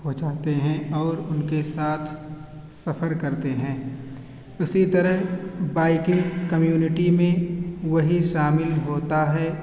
ہو جاتے ہیں اور ان کے ساتھ سفر کرتے ہیں اسی طرح بائکنگ کمیونٹی میں وہی شامل ہوتا ہے